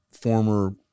former